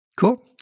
Cool